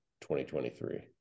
2023